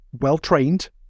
well-trained